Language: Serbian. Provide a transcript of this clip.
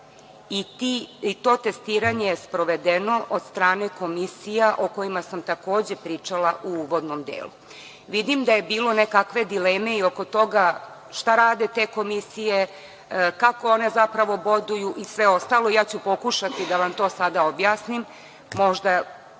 i to testiranje je sprovedeno od strane komisija o kojima sam takođe pričala u uvodnom delu. Vidim da je bilo nekakve dileme i oko toga šta rade te komisije, kako one zapravo boduju i sve ostalo. Ja ću pokušati da vam to sada objasnim. Možda